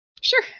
Sure